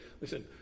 Listen